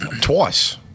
twice